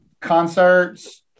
concerts